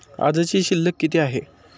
आजची शिल्लक किती आहे?